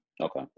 Okay